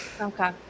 okay